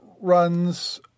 runs